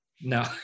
No